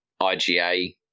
IGA